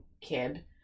kid